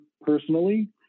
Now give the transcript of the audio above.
personally